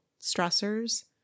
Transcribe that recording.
stressors